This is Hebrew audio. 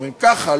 אומרים ככה,